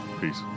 Peace